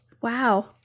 Wow